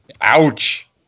Ouch